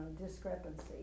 discrepancy